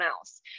else